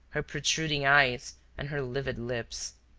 her protruding eyes and her livid lips.